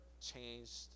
changed